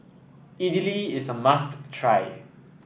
Idili is a must try